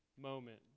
moment